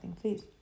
please